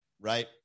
Right